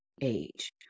age